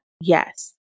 Yes